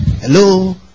Hello